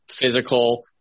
Physical